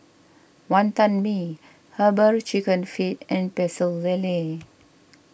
Wantan Mee Herbal Chicken Feet and Pecel Lele